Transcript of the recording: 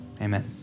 Amen